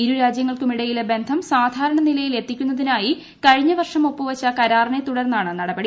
ഇരു രാജ്യങ്ങൾക്കുമിട യിലെ ബന്ധം സാധാരണ നിലയിൽ എത്തിക്കുന്നിതിനായി കഴിഞ്ഞ വർഷം ഒപ്പു വച്ച കരാറിനെ തുടർന്നാണ് നടപടി